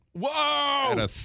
Whoa